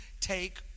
take